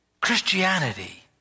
Christianity